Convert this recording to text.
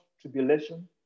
tribulation